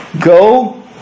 go